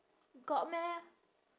got meh